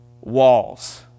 walls